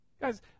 Guys